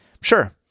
Sure